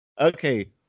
okay